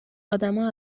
آدما